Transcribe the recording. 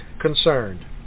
concerned